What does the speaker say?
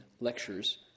lectures